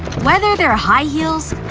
whether they're high heels